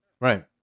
Right